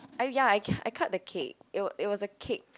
I ya I cu~ I cut the cake it it was a cake